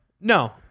no